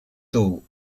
tou